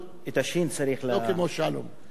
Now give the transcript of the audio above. את השי"ן צריך, שלום שמחון.